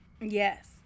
Yes